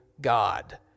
god